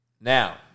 Now